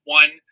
one –